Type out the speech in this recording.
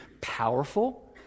powerful